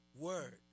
word